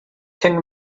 thin